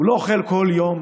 הוא לא אוכל אותו כל יום,